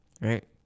right